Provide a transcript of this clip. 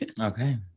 Okay